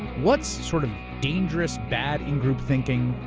what's sort of dangerous bad in group thinking,